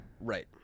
Right